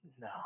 No